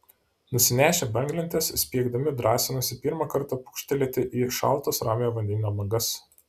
nusinešę banglentes spiegdami drąsinosi pirmą kartą pūkštelėti į šaltas ramiojo vandenyno bangas